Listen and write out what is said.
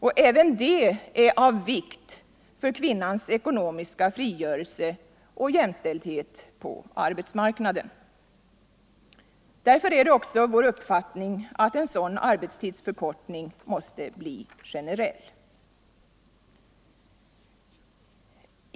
Även det är av vikt för kvinnans ekonomiska frigörelse och jämställdhet på arbetsmarknaden. Därför är det vår uppfattning att en sådan arbetstidsförkortning måste bli generell.